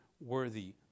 worthy